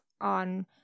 on